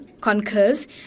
concurs